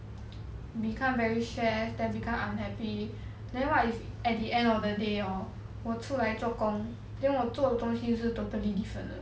become very stress then become unhappy then what if at the end of the day hor 我出来做工 then 我做东西是 totally different 的